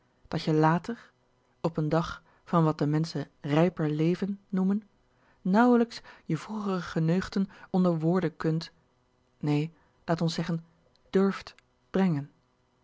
dat je làter op n dag van wat de menschen rijper leven noemen nauwlijks je vroegere geneugten onder woorden kunt néé laat ons zeggen durft brengen